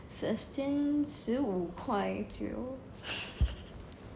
fifteen 十五块九